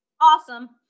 awesome